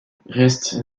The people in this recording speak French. reste